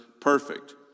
perfect